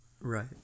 Right